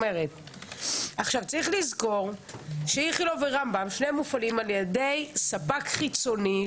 צריך לזכור שאיכילוב ורמב"ם מופעלים על ידי ספק חיצוני,